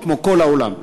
כמו כל העולם,